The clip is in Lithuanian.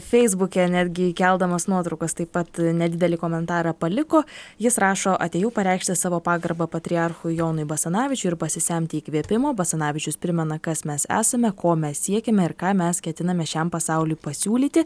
feisbuke netgi įkeldamas nuotraukas taip pat nedidelį komentarą paliko jis rašo atėjau pareikšti savo pagarbą patriarchui jonui basanavičiui ir pasisemti įkvėpimo basanavičius primena kas mes esame ko mes siekiame ir ką mes ketiname šiam pasauliui pasiūlyti